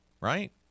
right